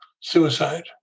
suicide